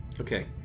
Okay